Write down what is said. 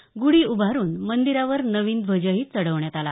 तसंच गुढी उभारून मंदिरावर नवीन ध्वजही चढवण्यात आला